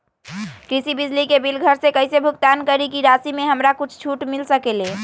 कृषि बिजली के बिल घर से कईसे भुगतान करी की राशि मे हमरा कुछ छूट मिल सकेले?